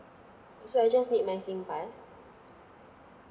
oh so I just need my SINGPASS